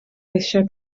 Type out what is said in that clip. eisiau